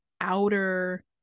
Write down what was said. outer